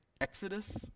Exodus